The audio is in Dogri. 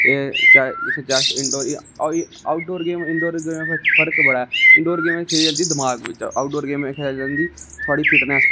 एह् chess indoor outdoor game indoor game ना उंदे च फर्क बड़ा ऐ इनडोर गेमे च दमाग चाहिदा आउटडोर गेम खेलन होंदी थुआढ़ी फिटनस